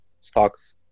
stocks